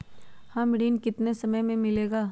यह ऋण कितने समय मे मिलेगा?